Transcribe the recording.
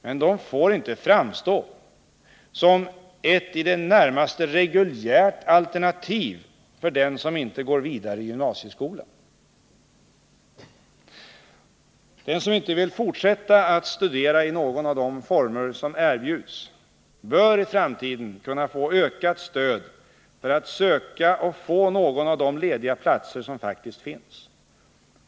Men de får inte framstå som ett i det närmaste reguljärt alternativ för dem som inte går vidare i gymnasieskolan. De som inte vill fortsätta studera i någon av de former som erbjuds bör i framtiden kunna få ökat stöd för att söka och få någon av de lediga platser som faktiskt finns.